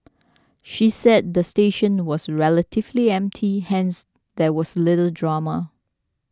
she said the station was relatively empty hence there was little drama